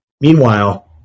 Meanwhile